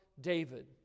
David